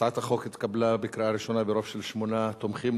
הצעת החוק התקבלה בקריאה ראשונה ברוב של שמונה תומכים,